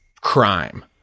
crime –